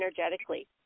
energetically